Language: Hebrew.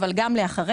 אבל גם לאחריה.